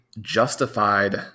justified